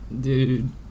Dude